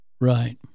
Right